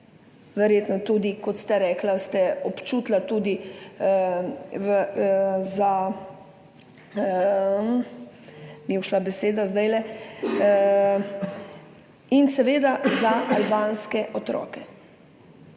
Verjetno ste tudi, kot ste rekli, občutili tudi za … Mi je ušla beseda zdajle. In seveda za albanske otroke.